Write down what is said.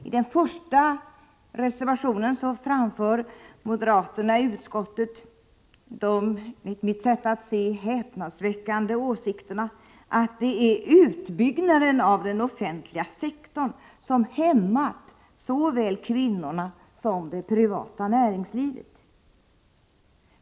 I den första reservationen framför moderaterna i utskottet den, enligt mitt sätt att se, häpnadsväckande åsikten att det är utbyggnaden av den offentliga sektorn som hämmat såväl kvinnorna som det privata näringslivet.